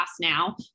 now